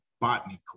botany